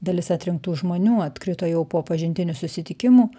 dalis atrinktų žmonių atkrito jau po pažintinių susitikimų